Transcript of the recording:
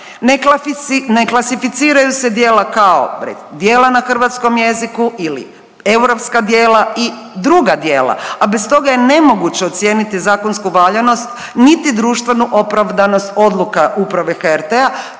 Ne klasificiraju se djela kao djela na hrvatskom jeziku ili europska djela i druga djela, a bez toga je nemoguće ocijeniti zakonsku valjanost niti društvenu opravdanost odluka uprave HRT-a